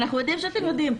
אנחנו יודעים שאתם יודעים.